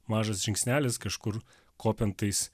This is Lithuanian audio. mažas žingsnelis kažkur kopian tais